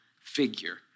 figure